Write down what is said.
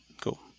Cool